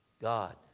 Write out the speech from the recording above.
God